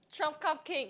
Twelve Cupcakes